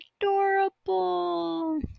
adorable